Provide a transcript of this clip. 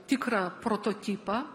tikrą prototipą